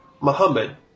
Muhammad